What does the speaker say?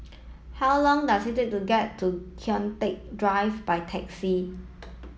how long does it take to get to Kian Teck Drive by taxi